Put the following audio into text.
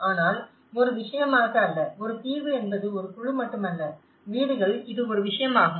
ஆனால் ஒரு விஷயமாக அல்ல ஒரு தீர்வு என்பது ஒரு குழு மட்டுமல்ல வீடுகள் இது ஒரு விஷயமாகும்